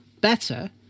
better